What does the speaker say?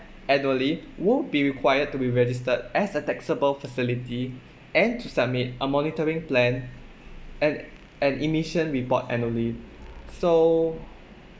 annually will be required to be registered as a taxable facility and to submit a monitoring plan and an emission report annually so